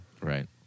Right